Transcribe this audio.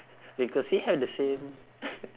because we have the same